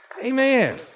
Amen